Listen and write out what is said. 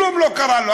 כלום לא קרה לו,